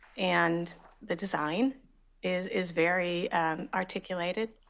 and the design is is very articulated.